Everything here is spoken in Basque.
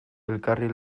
elkarri